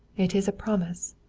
it is a promise.